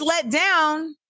letdown